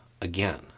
again